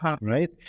Right